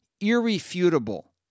irrefutable